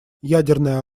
ядерное